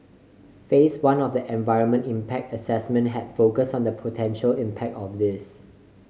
Phase One of the environmental impact assessment had focused on the potential impact of this